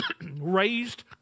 raised